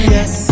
Yes